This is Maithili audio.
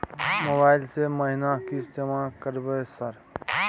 मोबाइल से महीना किस्त जमा करबै सर?